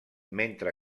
mentre